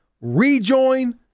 rejoin